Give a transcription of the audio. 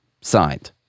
signed